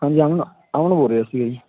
ਹਾਂਜੀ ਅਮਨ ਅਮਨ ਬੋਲ ਰਿਹਾ ਸਿਗਾ ਜੀ